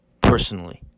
personally